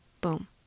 Boom